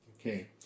Okay